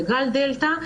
בגל הדלתא,